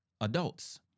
adults